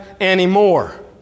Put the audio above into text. anymore